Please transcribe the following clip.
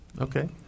Okay